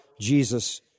Jesus